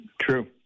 True